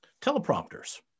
teleprompters